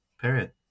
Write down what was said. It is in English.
Period